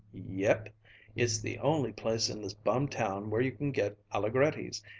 yepp it's the only place in this bum town where you can get alligretti's,